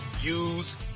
use